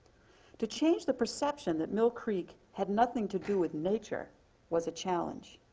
to change the perception that mill creek had nothing to do with nature was a challenge.